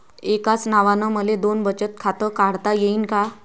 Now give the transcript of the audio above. एकाच नावानं मले दोन बचत खातं काढता येईन का?